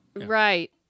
Right